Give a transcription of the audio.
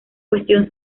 cuestión